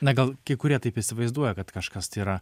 na gal kai kurie taip įsivaizduoja kad kažkas tai yra